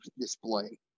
display